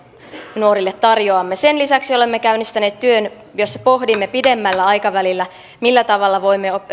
nuorille tarjoamme sen lisäksi olemme käynnistäneet työn jossa pohdimme pidemmällä aikavälillä millä tavalla voimme